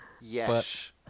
Yes